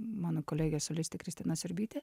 mano kolegė solistė kristina siurbytė